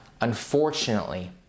Unfortunately